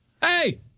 Hey